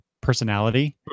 personality